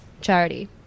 charity